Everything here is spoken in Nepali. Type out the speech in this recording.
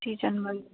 भयो